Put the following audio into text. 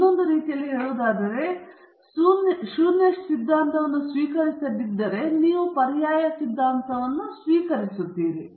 ಬೇರೆ ರೀತಿಯಲ್ಲಿ ಹೇಳುವುದಾದರೆ ನೀವು ಶೂನ್ಯ ಸಿದ್ಧಾಂತವನ್ನು ಸ್ವೀಕರಿಸದಿದ್ದರೆ ನೀವು ಪರ್ಯಾಯ ಸಿದ್ಧಾಂತವನ್ನು ಸ್ವೀಕರಿಸುತ್ತೀರಿ